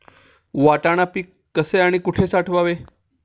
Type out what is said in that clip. वाटाणा पीक कसे आणि कुठे साठवावे?